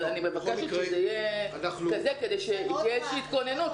אבל אני מבקשת שתהיה איזושהי התכוננות,